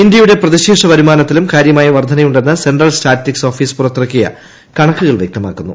ഇന്ത്യയുടെ പ്രതിശീർഷ വരുമാനത്തിലും കാര്യമായ വർധനയുണ്ടെന്ന് സെൻട്രൽ സ്റ്റാറ്റിസ്റ്റിക്സ് ഓഫീസ് പുറത്തിറക്കിയ കണക്കുകൾ വ്യക്തമാക്കുന്നു